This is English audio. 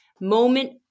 moment